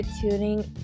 tuning